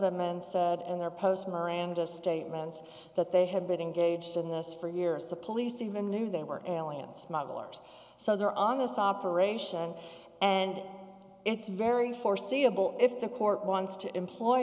them and in their post miranda statements that they have been engaged in this for years the police even knew they were going on smugglers so they're on this operation and it's very foreseeable if the court wants to employ